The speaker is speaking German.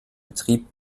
betrieb